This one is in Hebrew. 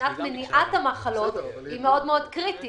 מבחינת מניעת המחלות היא מאוד קריטית